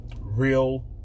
Real